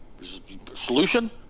solution